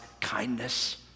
kindness